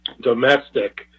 domestic